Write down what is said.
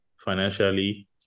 financially